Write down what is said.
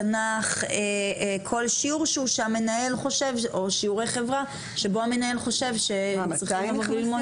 תנ"ך או שיעורי חברה שבו המנהל חושב שצריכים לבוא וללמוד את זה.